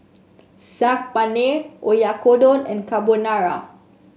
Saag Paneer Oyakodon and Carbonara